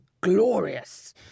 glorious